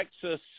Texas